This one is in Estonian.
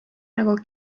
nagu